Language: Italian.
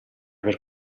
per